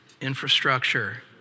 infrastructure